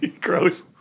gross